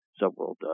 subworld